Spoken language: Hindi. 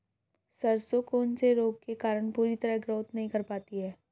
सरसों कौन से रोग के कारण पूरी तरह ग्रोथ नहीं कर पाती है?